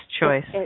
choice